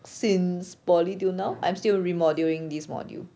since poly till now I'm still re-module-ing this module